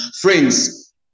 friends